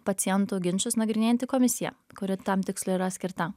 pacientų ginčus nagrinėjanti komisija kuri tam tikslui yra skirta